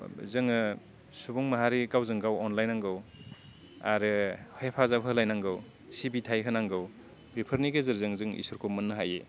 जोङो सुबुं माहारि गावजों गाव अनलायनांगौ आरो हेफाजाब होलायनांगौ सिबिथाय होनांगौ बिफोरनि गेजेरजों जों इसोरखौ मोननो हायो